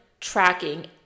tracking